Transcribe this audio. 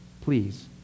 Please